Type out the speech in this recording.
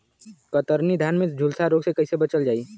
कतरनी धान में झुलसा रोग से कइसे बचल जाई?